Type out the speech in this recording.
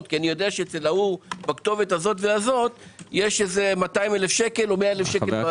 כי אני יודע שאצל ההוא בכתובת ההיא יש 200,000 שקל או יש 100,000 שקל.